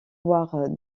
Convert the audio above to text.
voire